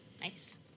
nice